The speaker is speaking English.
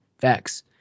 facts